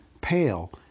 pale